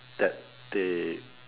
that they